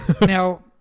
now